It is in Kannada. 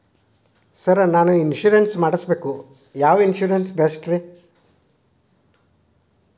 ಸರ್ ನಾನು ಇನ್ಶೂರೆನ್ಸ್ ಮಾಡಿಸಬೇಕು ಯಾವ ಇನ್ಶೂರೆನ್ಸ್ ಬೆಸ್ಟ್ರಿ?